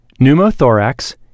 pneumothorax